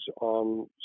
on